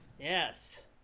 Yes